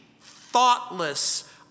thoughtless